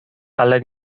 ale